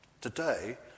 Today